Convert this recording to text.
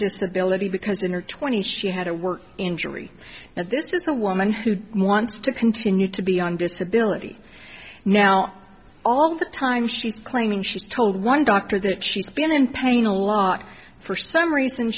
disability because in her twenties she had to work injury now this is a woman who wants to continue to be on disability now all the time she's claiming she's told one doctor that she's been in pain a lot for some reason